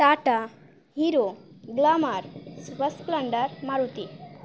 tata Hero Glamour Super Splendor Maruti